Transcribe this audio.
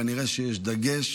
כנראה שיש דגש,